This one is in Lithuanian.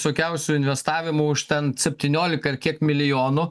visokiausių investavimų už ten septyniolikaar kiek milijonų